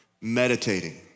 Meditating